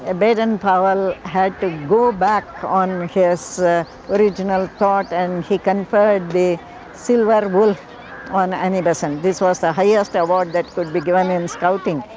ah baden powell had to go back on his original thought, and he conferred the silver wolf on annie besant. this was the ah highest award that could be given in scouting.